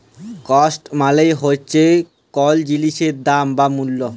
cost মালে হচ্যে কল জিলিসের দাম বা মূল্য